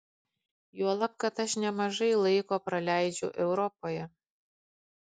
juolab kad aš nemažai laiko praleidžiu europoje